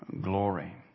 glory